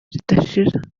ridashira